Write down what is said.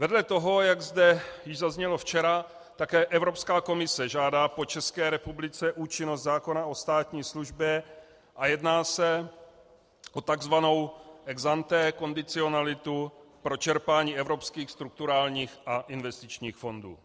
Vedle toho, jak zde již zaznělo včera, také Evropská komise žádá po České republice účinnost zákona o státní službě a jedná se o takzvanou ex ante kondicionalitu pro čerpání evropských strukturálních a investičních fondů.